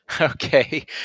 Okay